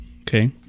okay